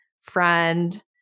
friend